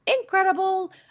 incredible